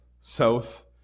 south